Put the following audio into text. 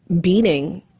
beating